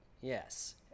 yes